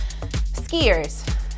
skiers